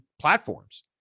platforms